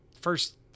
First